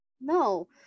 No